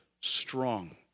strong